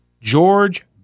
George